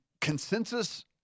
consensus